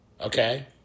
Okay